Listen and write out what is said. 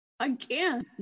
Again